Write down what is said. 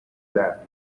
lap